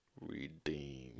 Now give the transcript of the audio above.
redeem